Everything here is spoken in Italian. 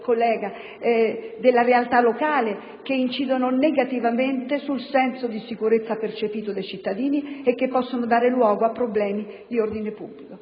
sociali della realtà locale che incidono negativamente sul senso di sicurezza percepito dai cittadini e che possono dare luogo a problemi di ordine pubblico.